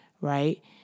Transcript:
right